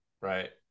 Right